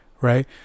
Right